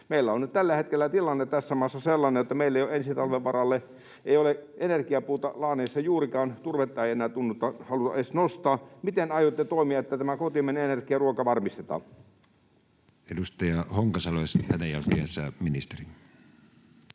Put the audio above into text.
Meillä on nyt tällä hetkellä tilanne tässä maassa sellainen, jotta meillä ei ole ensi talven varalle energiapuuta laaneissa juurikaan, turvetta ei tunnuta enää haluttavan edes nostaa. Miten aiotte toimia, että kotimainen energia ja ruoka varmistetaan? Edustaja Honkasalo, ja sitten hänen jälkeensä ministeri.